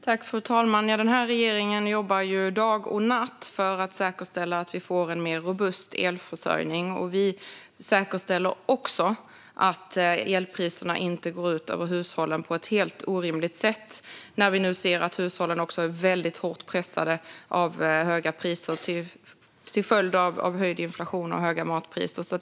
Fru talman! Regeringen jobbar dag och natt för att säkerställa att vi får en mer robust elförsörjning. Vi säkerställer också att elpriserna inte går ut över hushållen på ett helt orimligt sätt, när vi nu ser att hushållen också är väldigt hårt pressade av höga priser, inte minst matpriser, till följd av den höga inflationen.